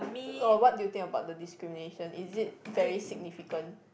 what do you think about the discrimination is it very significant